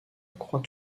croix